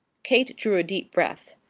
kate drew a deep breath.